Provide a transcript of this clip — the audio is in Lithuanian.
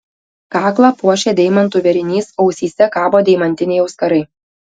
kaklą puošia deimantų vėrinys ausyse kabo deimantiniai auskarai